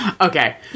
Okay